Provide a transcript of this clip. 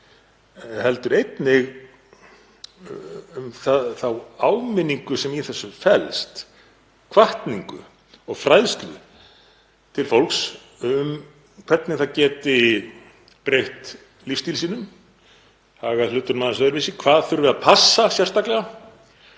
heldur einnig um þá áminningu sem í þessu felst, hvatningu og fræðslu til fólks um hvernig það geti breytt lífsstíl sínum, hagað hlutum aðeins öðruvísi, hvað þurfi að passa sérstaklega